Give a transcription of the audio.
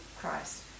Christ